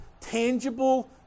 tangible